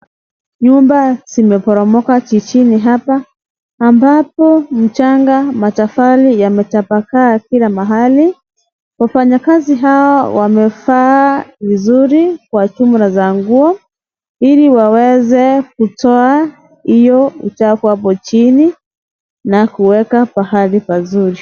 Nyumba zimeporomoka jijini hapa ambapo mchanga , matofali yametapakaa kila mahali. Wafanyakazi hawa wamevaa vizuri kwa jumla za nguo ili waweze kutoa hiyo uchafu hapo chini na kuweka pahali pazuri .